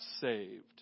saved